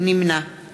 נמנע